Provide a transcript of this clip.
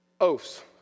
Oaths